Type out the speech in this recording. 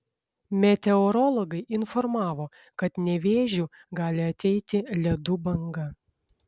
meteorologai informavo kad nevėžiu gali ateiti ledų banga